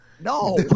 No